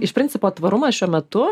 iš principo tvarumas šiuo metu